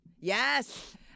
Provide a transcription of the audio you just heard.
Yes